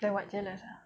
then what jealous ah